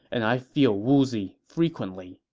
and i feel woozy frequently,